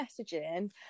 messaging